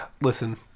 Listen